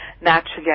naturally